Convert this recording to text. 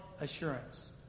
assurance